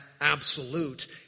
absolute